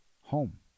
home